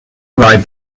write